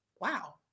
wow